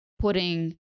putting